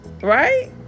right